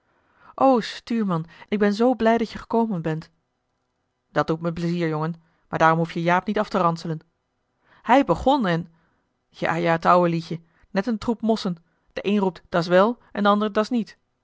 stuurman ik ben zoo blij dat je gekomen bent dat doet me plezier jongen maar daarom behoef je jaap niet af te ranselen hij begon en ja ja t ouwe liedje net een troep mosschen de een roept dat s wel en de ander dat s niet